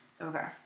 Okay